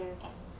Yes